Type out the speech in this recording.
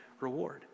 reward